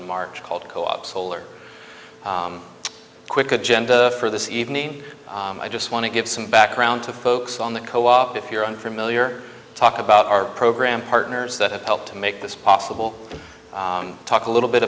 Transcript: in march called co op solar quick agenda for this evening i just want to give some background to folks on the co op if you're unfamiliar talk about our program partners that have helped to make this possible talk a little bit